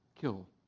kill